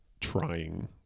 trying